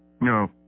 No